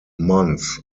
months